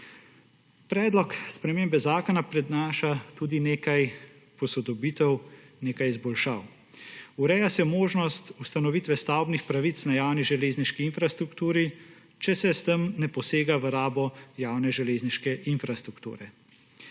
Predlog spremembe zakona prinaša tudi nekaj posodobitev, nekaj izboljšav. Ureja se možnost ustanovitve stavbnih pravic na javni železniški infrastrukturi, če se s tem ne posega v rabo javne železniške infrastrukture.